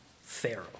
Pharaoh